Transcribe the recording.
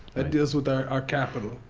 ah deals with our our capital,